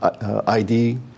ID